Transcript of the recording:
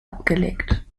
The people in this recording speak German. abgelegt